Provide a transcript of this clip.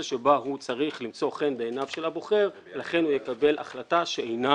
שבה הוא צריך למצוא חן בעיניו של הבוחר ולכן הוא יקבל החלטה שאינה